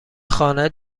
خانه